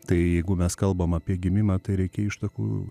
tai jeigu mes kalbam apie gimimą tai reikia ištakų